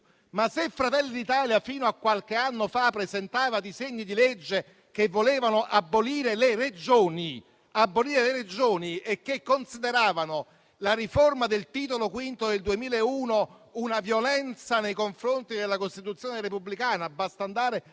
Fratelli d'Italia fino a qualche anno fa presentava disegni di legge che volevano abolire le Regioni e consideravano la riforma del Titolo V del 2001 una violenza nei confronti della Costituzione repubblicana: basta andare